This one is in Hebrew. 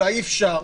אולי אי אפשר?